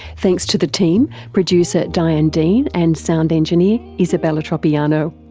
thanks to the team, producer diane dean and sound engineer isabella tropiano.